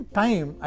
time